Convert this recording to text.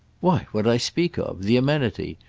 why what i speak of. the amenity.